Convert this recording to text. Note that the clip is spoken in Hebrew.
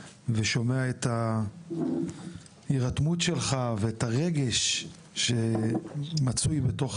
ושומע את ההירתמות שלך ואת הרגש שמצוי בתוך